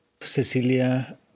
Cecilia